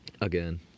again